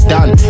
Done